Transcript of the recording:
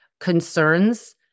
concerns